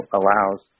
allows